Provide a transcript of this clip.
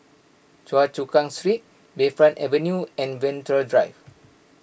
Choa Chu Kang Street Bayfront Avenue and Venture Drive